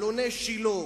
אלוני-שילה,